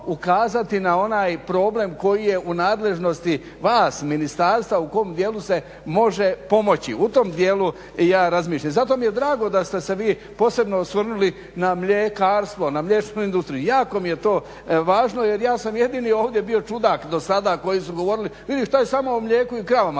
na onaj problem koji je u nadležnosti vas, ministarstva, u kojem dijelu se može pomoći. U tom dijelu ja razmišljam i zato mi je drago da ste se vi posebno osvrnuli na mljekarstvo, na mliječnu industriju, jako mi je to važno jer ja sam jedini ovdje bio čudak do sada, oni su govorili, vidi taj samo o mlijeku i kravama